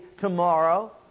tomorrow